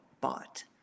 bought